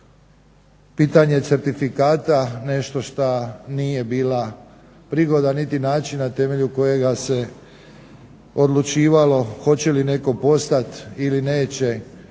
pitanje certifikata nešto što nije bila prigoda niti način na temelju kojega se odlučivalo hoće li netko postati ili neće